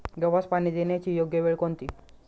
गव्हास पाणी देण्याची योग्य वेळ कोणती?